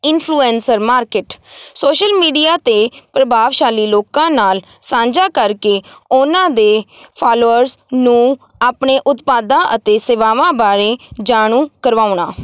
influencer market social media 'ਤੇ ਪ੍ਰਭਾਵਸ਼ਾਲੀ ਲੋਕਾਂ ਨਾਲ ਸਾਂਝਾ ਕਰਕੇ ਉਨ੍ਹਾਂ ਦੇ ਫਾਲੋਅਰਸ ਨੂੰ ਆਪਣੇ ਉਤਪਾਦਾਂ ਅਤੇ ਸੇਵਾਵਾਂ ਬਾਰੇ ਜਾਣੂ ਕਰਵਾਉਣਾ